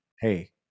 Hey